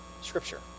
Scripture